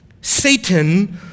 Satan